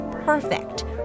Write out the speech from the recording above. Perfect